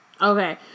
Okay